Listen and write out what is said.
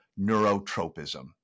neurotropism